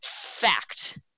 fact